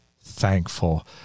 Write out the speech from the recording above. thankful